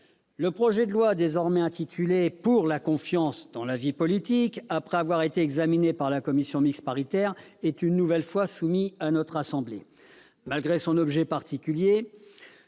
Le projet de loi, désormais intitulé « pour la confiance dans la vie politique », après avoir été examiné par la commission mixte paritaire, est une nouvelle fois soumis à notre assemblée. Malgré son objet particulier,